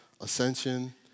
ascension